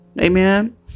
Amen